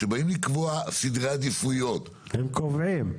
כשבאים לקבוע סדרי עדיפויות --- הם קובעים.